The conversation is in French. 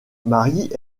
marie